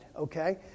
okay